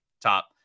top